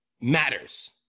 matters